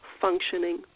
functioning